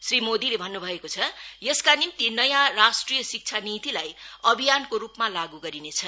श्री मोदीले भन्न् भएको छ यसका निम्ति नयाँ राष्ट्रिय शिक्षा नीतिलाई अभियानको रूपमा लाग् गरिनेछ